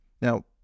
Now